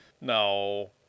No